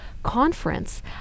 conference